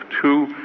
two